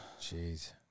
Jeez